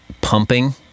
pumping